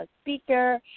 speaker